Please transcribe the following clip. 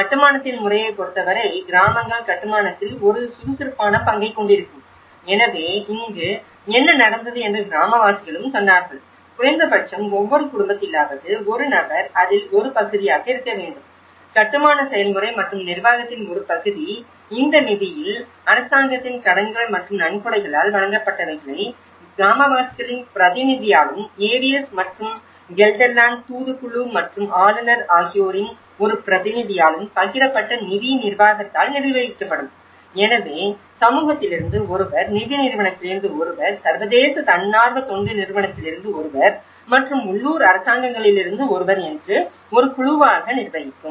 கட்டுமானத்தின் முறையை பொருத்த வரை கிராமங்கள் கட்டுமானத்தில் ஒரு சுறுசுறுப்பான பங்கைக் கொண்டிருக்கும் எனவே இங்கு என்ன நடந்தது என்று கிராமவாசிகளும் சொன்னார்கள் குறைந்தபட்சம் ஒவ்வொரு குடும்பத்திலாவது ஒரு நபர் அதில் ஒரு பகுதியாக இருக்க வேண்டும் கட்டுமான செயல்முறை மற்றும் நிர்வாகத்தின் ஒரு பகுதி இந்த நிதியில் அரசாங்கத்தின் கடன்கள் மற்றும் நன்கொடைகளால் வழங்கப்பட்டவைகளை கிராமவாசிகளின் பிரதிநிதியாலும் AVS மற்றும் கெல்டர்லேண்ட் தூதுக்குழு மற்றும் ஆளுநர் ஆகியோரின் ஒரு பிரதிநிதியாலும் பகிரப்பட்ட நிதி நிர்வாகத்தால் நிர்வகிக்கப்படும் எனவே சமூகத்திலிருந்து ஒருவர் நிதி நிறுவனத்திலிருந்து ஒருவர் சர்வதேச தன்னார்வ தொண்டு நிறுவனத்திலிருந்து ஒருவர் மற்றும் உள்ளூர் அரசாங்கங்களிலிருந்து ஒருவர் என்று ஒரு குழுவாக நிர்வகிக்கும்